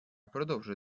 продовжує